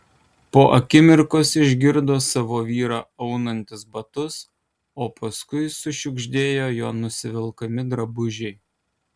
po akimirkos išgirdo savo vyrą aunantis batus o paskui sušiugždėjo jo nusivelkami drabužiai